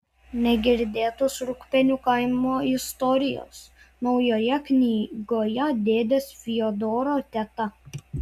negirdėtos rūgpienių kaimo istorijos naujoje knygoje dėdės fiodoro teta